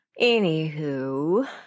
Anywho